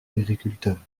agriculteurs